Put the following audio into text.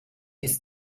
ist